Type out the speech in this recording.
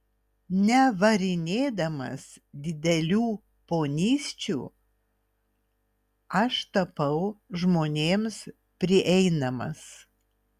nevarinėdamas didelių ponysčių aš tapau žmonėms prieinamas